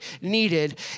needed